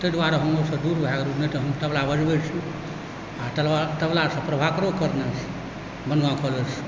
ताहि दुआरे हम ओहिसँ दूर भए गेलहुँ नहि तऽ हम तबला बजबै छी आ तबलासँ प्रभाकरो करने छी बनगाँव कॉलेजसँ